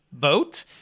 vote